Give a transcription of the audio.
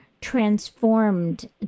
transformed